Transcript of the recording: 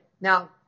Now